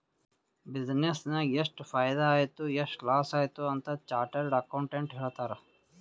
business ನಾಗ್ ಎಷ್ಟ ಫೈದಾ ಆಯ್ತು ಎಷ್ಟ ಲಾಸ್ ಆಯ್ತು ಅಂತ್ ಚಾರ್ಟರ್ಡ್ ಅಕೌಂಟೆಂಟ್ ಹೇಳ್ತಾರ್